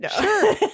sure